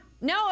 no